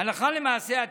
הלכה למעשה,